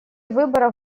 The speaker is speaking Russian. выборов